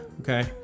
okay